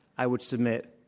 i would submit,